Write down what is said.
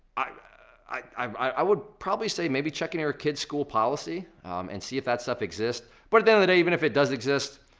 i would probably say maybe check into your kid's school policy and see if that stuff exists. but at the end of the day even if it does exist,